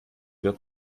wird